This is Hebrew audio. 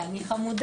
כי אני חמודה.